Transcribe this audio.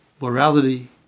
morality